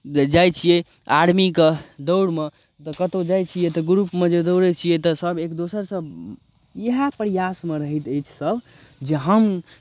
जाइ छियै आर्मीके दौड़मे तऽ कतहु जाइ छियै तऽ ग्रुपमे जे दौड़ै छियै तऽ सभ एक दोसरसँ इएह प्रयासमे रहैत अछि सभ जे हम